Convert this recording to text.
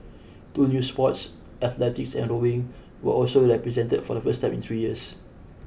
two new sports athletics and rowing were also represented for the first time in three years